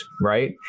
Right